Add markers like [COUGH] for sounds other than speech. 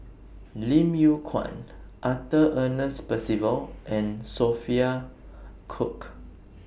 Lim Yew Kuan Arthur Ernest Percival and Sophia Cooke [NOISE]